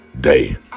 day